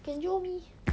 can jio me